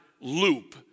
loop